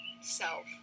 self